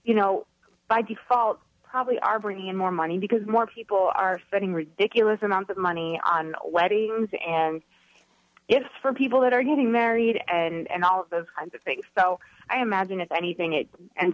you know by default probably are bringing in more money because more people are getting ridiculous amounts of money on weddings and it's for people that are getting married and all of those kinds of things so i imagine if anything it ends